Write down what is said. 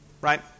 right